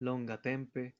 longatempe